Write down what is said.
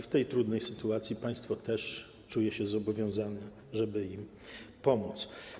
W tej trudnej sytuacji państwo czuje się zobowiązane, żeby im pomóc.